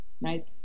right